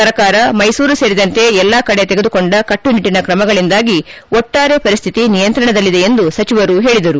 ಸರ್ಕಾರ ಮೈಸೂರು ಸೇರಿದಂತೆ ಎಲ್ಲಾ ಕಡೆ ತೆಗೆದುಕೊಂಡ ಕಟ್ಟುನಿಟ್ಟನ ಕ್ರಮಗಳಿಂದಾಗಿ ಒಟ್ಲಾರೆ ಪರಿಸ್ಥಿತಿ ನಿಯಂತ್ರಣದಲ್ಲಿದೆ ಎಂದು ಸಚಿವರು ಹೇಳಿದರು